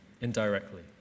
indirectly